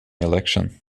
election